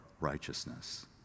righteousness